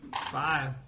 Five